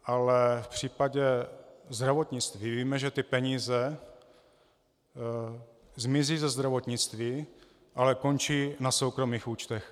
Ale v případě zdravotnictví víme, že ty peníze zmizí ze zdravotnictví, ale končí na soukromých účtech.